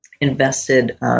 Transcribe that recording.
invested